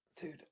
dude